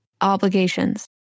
obligations